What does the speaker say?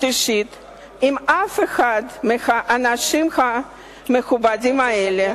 אישית עם אף אחד מהאנשים המכובדים האלה.